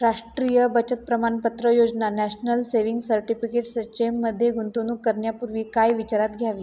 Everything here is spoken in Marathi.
राष्ट्रीय बचत प्रमानपत्र योजना नॅशनल सेविंग् सर्टिफिकेट सचचे मध्ये गुंतवणूक करण्यापूर्वी काय विचारात घ्यावे